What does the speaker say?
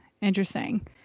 interesting